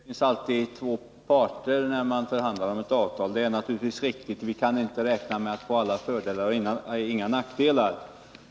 Fru talman! Ivar Franzén säger att det alltid finns två parter när man förhandlar om ett avtal. Det är naturligtvis riktigt. Vi kan inte räkna med alla fördelar och inga nackdelar.